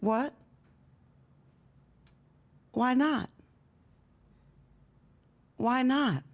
what why not why not